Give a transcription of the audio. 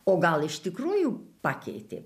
o gal iš tikrųjų pakeitė